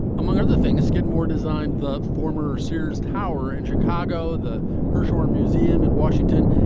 among other things, skidmore designed the former sears tower in chicago. the hirshhorn museum in washington.